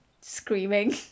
screaming